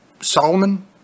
Solomon